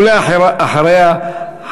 ואחריה,